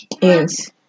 yes